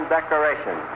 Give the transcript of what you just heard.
Declaration